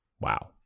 Wow